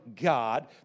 God